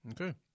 Okay